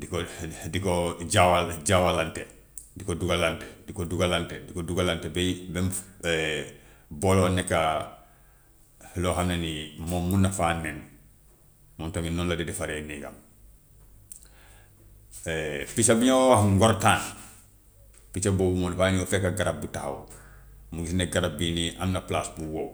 di ko di ko jaawale jaawalante di ko duggalante di ko dugganlante di ko duggalante ba ba mu booloo nekka loo xam ne nii moom mun na faa nen, moom tamit noonu la dee defaree néegam. picc bi ñoo wax ngorkaan, picc boobu moom dafay ñëw fekk garab bu taxaw mu gis ne garab bii nii am na palaas bu wow.